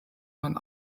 man